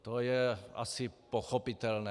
To je asi pochopitelné.